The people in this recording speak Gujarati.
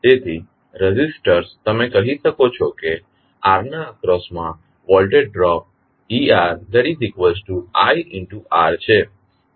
તેથી રેઝિસ્ટર્સ તમે કહી શકો છો કે Rના અક્રોસ મા વોલ્ટેજ ડ્રોપ eRtitR છે